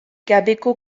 gabeko